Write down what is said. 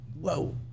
whoa